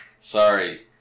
Sorry